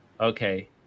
okay